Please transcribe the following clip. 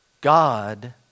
God